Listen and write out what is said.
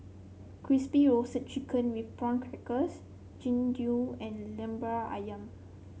Crispy Roasted Chicken with Prawn Crackers Jian Dui and lemper ayam